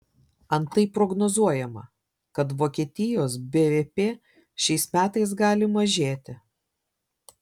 antai prognozuojama kad vokietijos bvp šiais metais gali mažėti